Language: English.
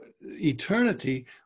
eternity